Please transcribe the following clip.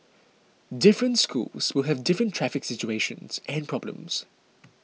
different schools will have different traffic situations and problems